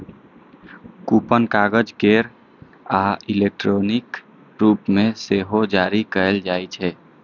coupon कागज केर आ इलेक्ट्रॉनिक रूप मे सेहो जारी कैल जाइ छै